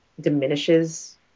diminishes